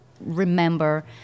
remember